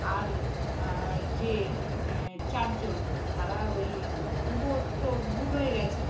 আর যে চারজন তারা ওই বোটও ভুট হয়ে গেছে